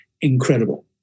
incredible